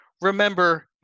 Remember